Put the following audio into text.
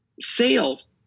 Sales